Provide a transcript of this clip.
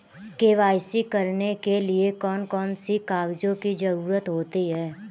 KYC करने के लिए कौन कौन से कागजों की जरूरत होती है?